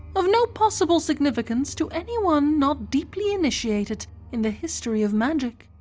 of no possible significance to anyone not deeply initiated in the history of magic.